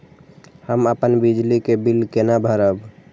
हम अपन बिजली के बिल केना भरब?